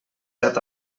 set